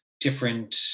different